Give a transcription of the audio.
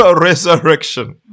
resurrection